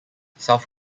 south